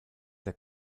der